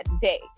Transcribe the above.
day